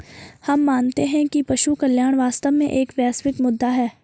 हम मानते हैं कि पशु कल्याण वास्तव में एक वैश्विक मुद्दा है